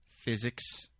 physics